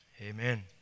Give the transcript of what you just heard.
Amen